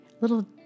Little